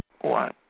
one